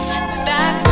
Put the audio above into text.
Back